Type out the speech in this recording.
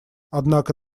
однако